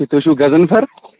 ہے تُہۍ چھِو غضنفر